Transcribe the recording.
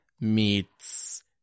meets